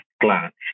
glance